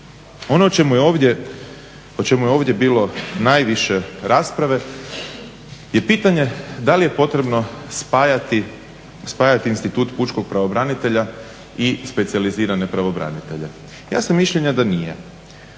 Ono o čemu je ovdje bilo najviše rasprave je pitanje da li je potrebno spajati institut pučkog pravobranitelja i specijalizirane pravobranitelje. Ja sam mišljenja da nije.